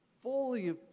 fully